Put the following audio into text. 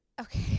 Okay